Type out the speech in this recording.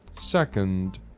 Second